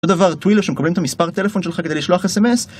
אותו דבר, טווילו שמקבלים את המספר הטלפון שלך כדי לשלוח אס אמ אס